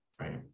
right